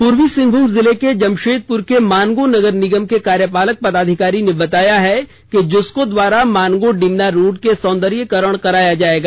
पूर्वी सिंहभूम जिले के जमशेदपुर के मानगो नगर निगम के कार्यपालक पदाधिकारी ने बताया है कि जुस्को द्वारा मानगो डिमनो रोड के सौदर्यीकरण कराया जाएगा